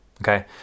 okay